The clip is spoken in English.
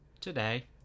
Today